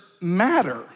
Matter